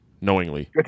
knowingly